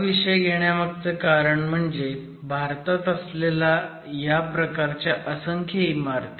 हा विषय घेण्यामागचं कारण म्हणजे भारतात असलेल्या ह्या प्रकारच्या असंख्य इमारती